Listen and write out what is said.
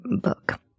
book